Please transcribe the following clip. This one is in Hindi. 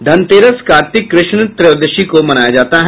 धनतेरस कार्तिक कृष्ण त्रयोदशी को मनाया जाता है